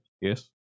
yes